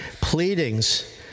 pleadings